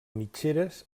mitgeres